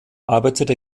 arbeitete